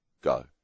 go